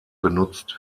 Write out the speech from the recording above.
genutzt